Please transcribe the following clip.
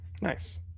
Nice